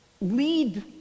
lead